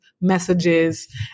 messages